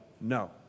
No